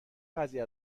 قضیه